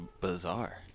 bizarre